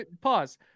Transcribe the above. Pause